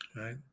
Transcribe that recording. right